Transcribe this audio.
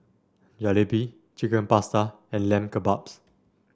Jalebi Chicken Pasta and Lamb Kebabs